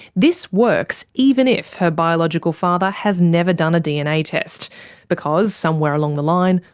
this works even if her biological father has never done a dna test because somewhere along the line,